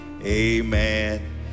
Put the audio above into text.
amen